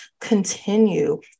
continue